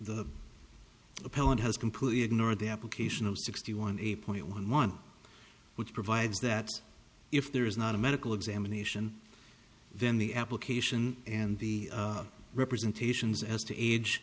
the appellant has completely ignored the application of sixty one eight point one one which provides that if there is not a medical examination then the application and the representations as to age